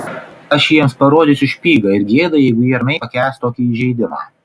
aš jiems parodysiu špygą ir gėda jeigu jie ramiai pakęs tokį įžeidimą